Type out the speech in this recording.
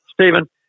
Stephen